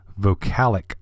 vocalic